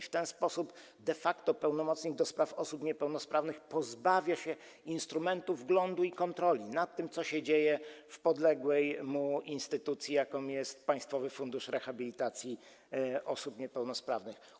W ten sposób de facto pełnomocnik do spraw osób niepełnosprawnych pozbawia się instrumentów wglądu do tego i kontroli nad tym, co się dzieje w podległej mu instytucji, jaką jest Państwowy Fundusz Rehabilitacji Osób Niepełnosprawnych.